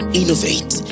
innovate